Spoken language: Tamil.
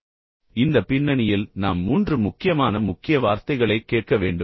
இந்த சூழலில் இந்த பின்னணியில் நாம் மூன்று முக்கியமான முக்கிய வார்த்தைகளைக் கேட்க வேண்டும்